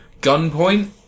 Gunpoint